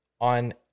on